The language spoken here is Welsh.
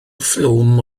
ffilm